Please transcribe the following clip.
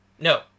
No